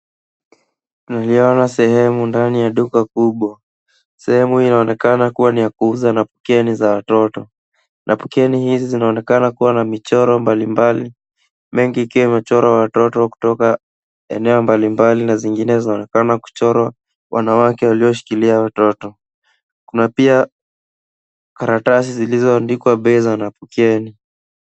Niliona sehemu ndani ya duka kubwa. Sehemu inaonekana kuwa ni ya kuuza napkeni za watoto. Napkeni hizi zinaonekana kuwa na michoro mbalimbali mengi ikiwa imechorwa watoto kutoka eneo mbalimbali na zingine zinaonekana kuchorwa wanawake walioshika watoto. Kuna pia karatasi zilizoandikwa bei za napkeni.